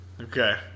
Okay